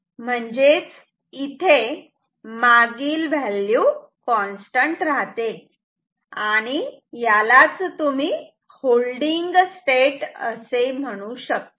म्हणजे इथे मागील व्हॅल्यू कॉन्स्टंट रहाते यालाच तुम्ही होल्डिंग स्टेट असे म्हणू शकतात